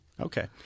Okay